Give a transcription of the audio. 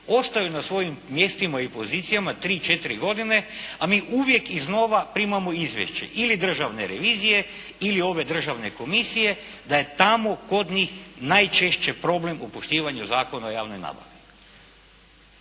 ostaju na svojim mjestima i pozicijama tri, četiri godine a mi uvijek iznova primamo izvješće ili Državne revizije ili ove državne komisije da je tamo kod njih najčešće problem u poštivanju Zakona o javnoj nabavi.